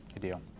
deal